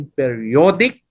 periodic